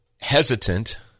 hesitant